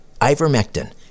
Ivermectin